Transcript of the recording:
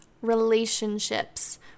relationships